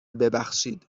ببخشید